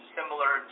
similar